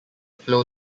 flow